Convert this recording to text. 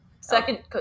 second